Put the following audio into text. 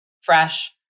fresh